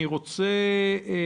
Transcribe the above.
אני רוצה לשמוע